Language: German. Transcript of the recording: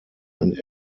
und